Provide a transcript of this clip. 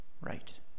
right